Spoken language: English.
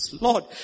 Lord